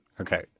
okay